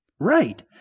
Right